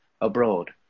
abroad